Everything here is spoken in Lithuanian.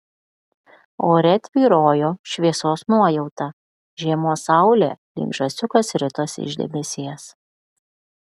ore tvyrojo šviesos nuojauta žiemos saulė lyg žąsiukas ritosi iš debesies